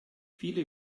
viele